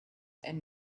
and